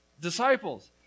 disciples